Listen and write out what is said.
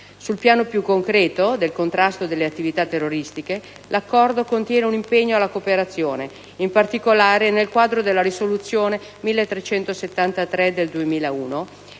Sul piano più concreto del contrasto alle attività terroristiche, l'Accordo contiene un impegno alla cooperazione, in particolare nel quadro della risoluzione n. 1373 del 2001